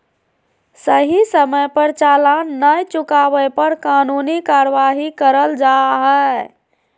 सही समय पर चालान नय चुकावे पर कानूनी कार्यवाही करल जा हय